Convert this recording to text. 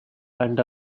and